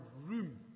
room